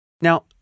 Now